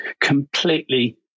completely